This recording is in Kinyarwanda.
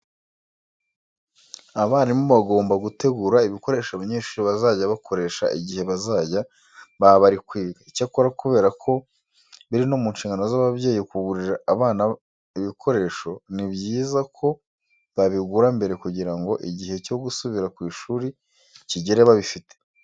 Abarimu bagomba gutegura ibikoresho abanyeshuri bazajya bakoresha igihe bazajya baba bari kwiga. Icyakora kubera ko biri no mu nshingano z'ababyeyi kugurira abana ibikoresho, ni byiza ko babigura mbere kugira ngo igihe cyo gusubira ku ishuri kigere babifite.